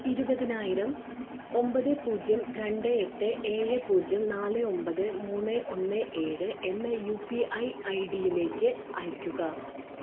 ഇരുപതിനായിരം ഒമ്പത് പൂജ്യം രണ്ട് എട്ട് ഏഴ് പൂജ്യം നാല് ഒമ്പത് മൂന്ന് ഒന്ന് ഏഴ് എന്ന യു പി ഐ ഐഡിയിലേക്ക് അയക്കുക